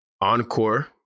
Encore